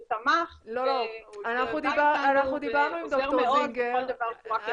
שתמך והוא עוזר מאוד בכל דבר שהוא רק יכול.